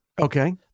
Okay